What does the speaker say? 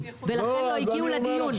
ולכן הם לא הגיעו לדיון.